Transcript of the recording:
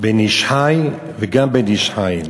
בן איש חי וגם בן איש חיל,